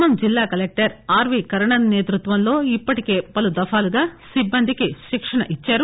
ఖమ్మం జిల్లా collector R V Karnan నేతృత్వంలో ఇప్పటికే పలు దఫాలుగా సిబ్బందికి శిక్షణ నిర్వహించారు